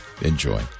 enjoy